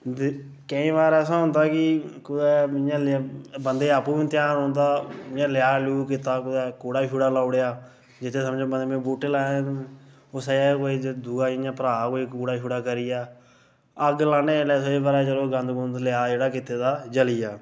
केईं बार ऐसा हुंदा कि कुतै इ'यां बंदे गी आपूं बी नेईं ध्यान नेईं रौंह्दा इ'यां लया लयो कीता कुतै कुड़ा शुड़ा लाई ओड़ेआ जित्थै समझो कुतै मतलब में बूहटे लाए दे ना उस्सै जगह् कोई दुआ भ्रां कोई कूड़ा शूड़ा करी गेआ अग्ग लाने जेल्लै कुतै चलो गंद गुंद कुतै लये लयो कीता दा जली जा